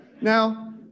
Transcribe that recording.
Now